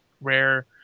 rare